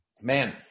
Man –